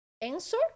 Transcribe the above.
Answer